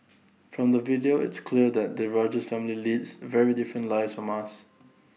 from the video it's clear that the Rogers family leads very different lives from us